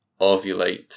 ovulate